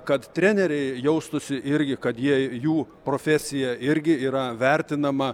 kad treneriai jaustųsi irgi kad jei jų profesija irgi yra vertinama